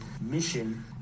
mission